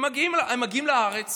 הם מגיעים לארץ